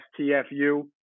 STFU